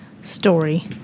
story